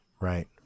Right